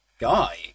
guy